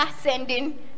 sending